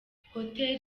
hotel